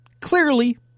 Clearly